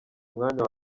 umwanya